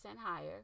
higher